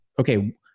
okay